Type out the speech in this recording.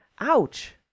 Ouch